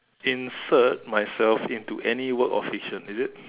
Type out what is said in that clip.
insert myself into any work of fiction is it